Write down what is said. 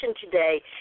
today